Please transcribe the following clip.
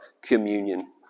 communion